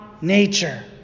nature